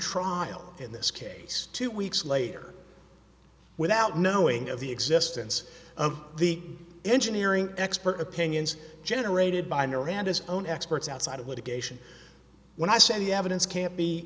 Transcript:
trial in this case two weeks later without knowing of the existence of the engineering expert opinions generated by miranda's own experts outside of litigation when i say the evidence can't be